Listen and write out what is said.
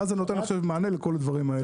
ואז זה נותן מענה לכל הדברים האלה.